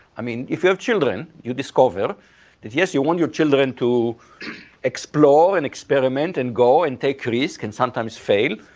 i mean if you have children, you discover that, yes, you want your children to explore and experiment and go and take risk and sometimes fail,